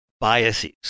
biases